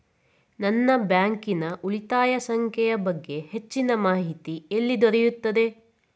ನನ್ನ ಬ್ಯಾಂಕಿನ ಉಳಿತಾಯ ಸಂಖ್ಯೆಯ ಬಗ್ಗೆ ಹೆಚ್ಚಿನ ಮಾಹಿತಿ ಎಲ್ಲಿ ದೊರೆಯುತ್ತದೆ?